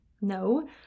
No